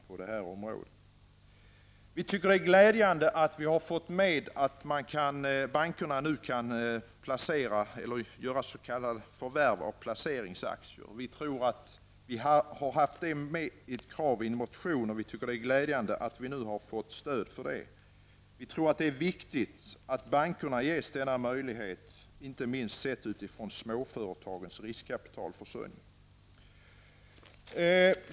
Vi tycker att det är glädjande att det finns en skrivning om att bankerna kan göra s.k. förvärv av placeringsaktier. Vi i centern har tidigare i en motion krävt detta. Det är alltså glädjande att vi nu får stöd i det sammanhanget. Vi tror nämligen att det är viktigt att bankerna får denna möjlighet, inte minst med tanke på småföretagens riskkapitalförsörjning.